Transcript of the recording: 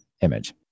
image